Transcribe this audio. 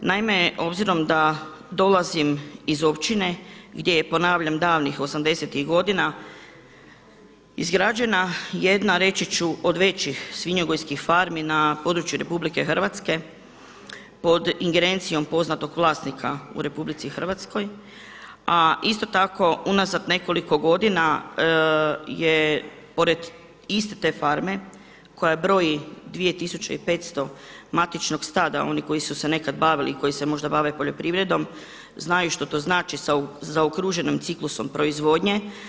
Naime, obzirom da dolazim iz općine gdje je ponavljam davnih 80-tih godina izgrađena jedna reći ću od većih svinjogojskih farmi na području Republike Hrvatske pod ingerencijom poznatog vlasnika u RH, a isto tako unazad nekoliko godina je pored iste te farme koja broji 2.500 matičnog stada oni koji su se nekad bavili i koji se možda bave poljoprivredom, znaju što to znači sa zaokruženim ciklusom proizvodnje.